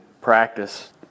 practice